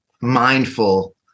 mindful